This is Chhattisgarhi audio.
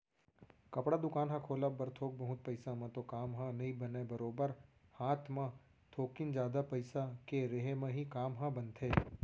कपड़ा दुकान ह खोलब बर थोक बहुत पइसा म तो काम ह नइ बनय बरोबर हात म थोकिन जादा पइसा के रेहे म ही काम ह बनथे